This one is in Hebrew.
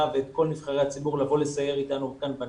ואת כל נבחרי הציבור לבוא לסייר איתנו כאן בנגב.